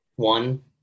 One